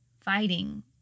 fighting